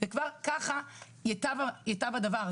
וכבר ככה ייטב הדבר.